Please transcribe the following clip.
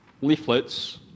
leaflets